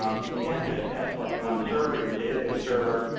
um you can't just test like one server, your database server.